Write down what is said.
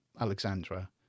alexandra